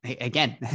Again